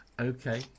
okay